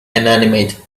inanimate